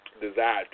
desire